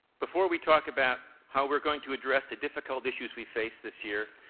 before we talk about how we're going to address the difficult issues we face this year,